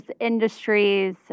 industries